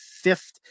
fifth